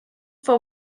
for